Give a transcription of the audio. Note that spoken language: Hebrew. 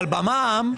אבל במע"מ,